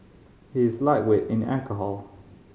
he is lightweight in alcohol